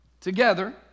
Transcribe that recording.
Together